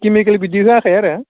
जोंनिखै बिदि जायाखै आरो